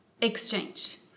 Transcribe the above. exchange